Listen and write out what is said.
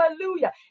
hallelujah